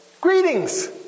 greetings